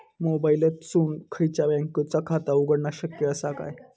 मोबाईलातसून खयच्याई बँकेचा खाता उघडणा शक्य असा काय?